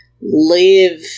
live